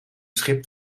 schip